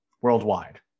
worldwide